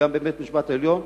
וגם בבית-משפט העליון.